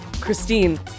Christine